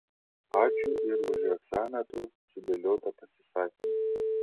ačiū ir už hegzametru sudėliotą pasisakymą